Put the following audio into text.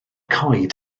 coed